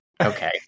Okay